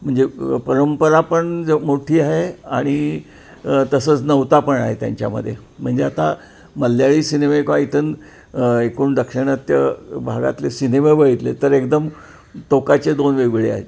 म्हणजे परंपरा पण ज मोठी आहे आणि तसंच नवता पण आहे त्यांच्यामध्ये म्हणजे आता मल्याळी सिनेमे किंवा इतर एकूण दक्षिणात्य भागातले सिनेमे बघितले तर एकदम टोकाचे दोन वेगवेगळे आहेत